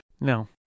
No